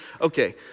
Okay